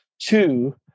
two